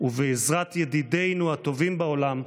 ובעזרת ידידינו הטובים בעולם,